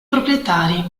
proprietari